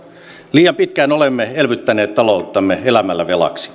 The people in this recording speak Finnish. liian pitkään olemme elvyttäneet talouttamme elämällä velaksi